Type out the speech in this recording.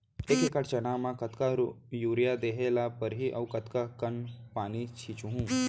एक एकड़ चना म कतका यूरिया देहे ल परहि अऊ कतका कन पानी छींचहुं?